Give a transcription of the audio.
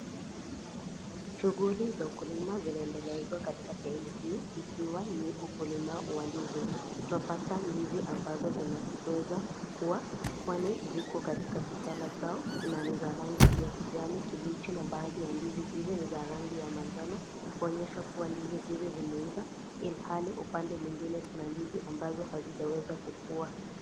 Shughuli za ukulima zinaendelezwa katika sehemu hii ikiwa ni ukulima wa ndizi. Twapata ndizi ambazo zimeweza kuwa kwani ziko katika kitala chao na ni za rangi ya kijani kilicho na baadhi ya ndizi hizi ni za rangi ya manjano, kuonyesha kuwa hizi zimeiva, ilhali upande mwingine tuna ndizi ambazo hazijaweza kukua.